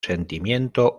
sentimiento